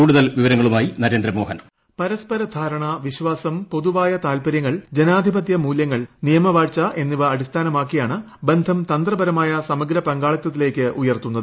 കൂടുതൽ വിവരങ്ങളുമായി നരേന്ദ്ര മോഹൻ വോയ്സ് പരസ്പര ധാരണ വിശ്വാസം പൊതുവായ താത്പര്യങ്ങൾ ജനാധിപത്യ മൂല്യങ്ങൾ നിയമ വാഴ്ച എന്നിവ അടിസ്ഥാനമാക്കിയാണ് ബന്ധം തന്ത്രപരമായ സമഗ്ര പങ്കാളിത്തത്തിലേക്ക് ഉയർത്തുന്നത്